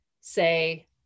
say